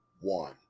one